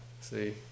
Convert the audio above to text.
See